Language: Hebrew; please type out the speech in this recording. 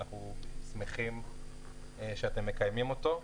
ואנחנו שמחים שאתם מקיימים אותו.